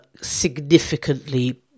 significantly